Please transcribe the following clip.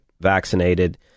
vaccinated